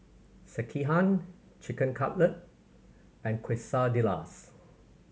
Sekihan Chicken Cutlet and Quesadillas